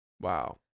Wow